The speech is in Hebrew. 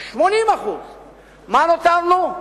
80%. עם מה נותרנו?